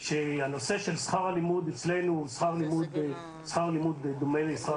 הנושא של שכר הלימוד אצלנו הוא שכר לימוד דומה לשכר